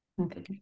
okay